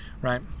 right